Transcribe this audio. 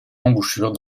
embouchure